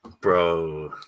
Bro